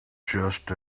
just